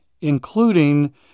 including